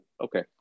Okay